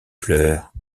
pleure